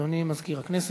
אדוני מזכיר הכנסת.